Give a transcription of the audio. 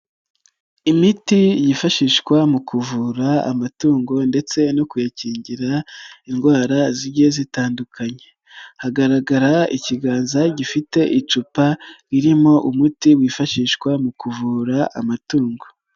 Imiti yifashishwa mu kuvura amatungo ndetse no kuyakingira indwara zigiye zitandukanye, hagaragara ikiganza gifite icupa ririmo umuti wifashishwa mu kuvura amatungo.